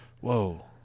Whoa